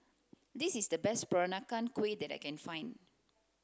this is the best peranakan kueh that I can find